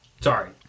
Sorry